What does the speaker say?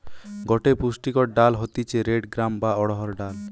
গটে পুষ্টিকর ডাল হতিছে রেড গ্রাম বা অড়হর ডাল